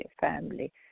family